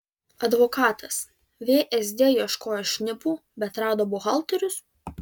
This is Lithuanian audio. advokatas vsd ieškojo šnipų bet rado buhalterius